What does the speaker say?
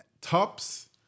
Tops